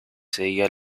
seguía